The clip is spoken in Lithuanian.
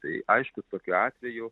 tai aišku tokiu atveju